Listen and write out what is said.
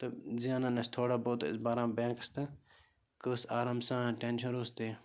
تہٕ زینان ٲسۍ تھوڑا بہت ٲسۍ بَران بٮ۪نٛکَس تہٕ قٕسط آرام سان ٹٮ۪نشَن رُستُے